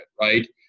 right